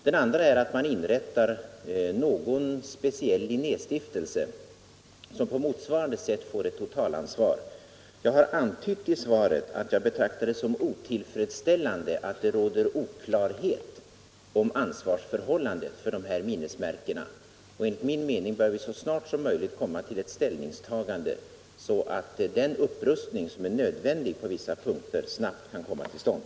Den andra är att man inrättar en speciell Linnéstiftelse, som på motsvarande sätt får ett totalansvar. Jag har i svaret antytt att jag betraktar det som otillfredsställande att det råder oklarhet om ansvarsförhållandena när det gäller dessa minnesmärken. Enligt min mening bör vi så snart som möjligt komma till ett ställningstagande så att den upprustning på vissa punkter som är nödvändig snabbt kan komma till stånd.